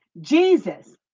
jesus